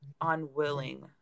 unwilling